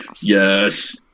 yes